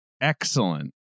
excellent